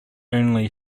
only